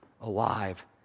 alive